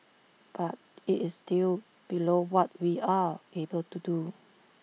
but IT is still below what we are able to do